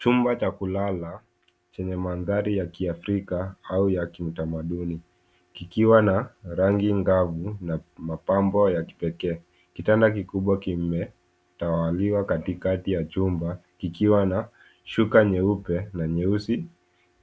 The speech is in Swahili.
Chumba cha kulala chenye mandhari ya kiafrika au ya kiutamaduni kikiwa na rangi angavu na mapambo ya kipekee. Kitanda kikubwa kimetawaliwa katikati ya chumba kikiwa na shuka nyeupe na nyeusi